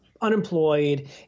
unemployed